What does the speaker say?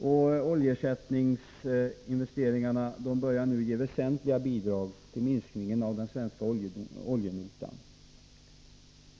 Oljeersättningsinvesteringarna börjar nu ge väsentliga bidrag till minskningen av den svenska oljenotan.